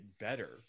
better